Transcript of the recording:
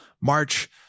march